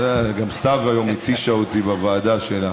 גם סתיו היום התישה אותי בוועדה שלה,